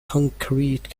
concrete